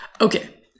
Okay